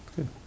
Good